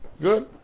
good